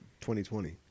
2020